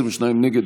22 נגד,